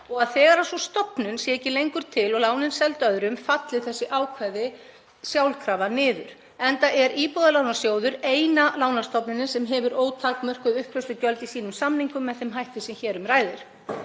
og að þegar sú stofnun er ekki lengur til og lánin seld öðrum falli þessi ákvæði sjálfkrafa niður, enda er Íbúðalánasjóður eina lánastofnunin sem hefur ótakmörkuð uppgreiðslugjöld í sínum samningum með þeim hætti sem hér um ræðir.